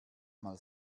mal